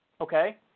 okay